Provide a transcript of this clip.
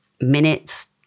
minutes